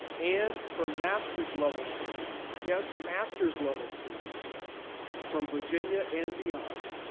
and for master's level students. yes, master's level students from virginia and beyond.